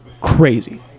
crazy